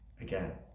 again